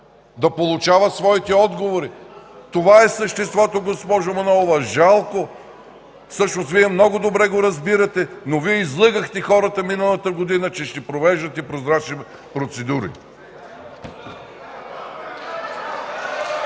да получават отговори? Това е съществото, госпожо Манолова. Жалко! Всъщност Вие много добре го разбирате, но излъгахте миналата година хората, че ще провеждате прозрачни процедури.